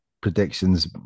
predictions